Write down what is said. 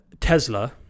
Tesla